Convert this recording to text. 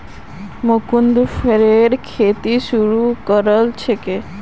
मुकुन्द फरेर खेती शुरू करल छेक